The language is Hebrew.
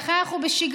לכן אנחנו בשגרה,